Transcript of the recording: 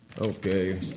Okay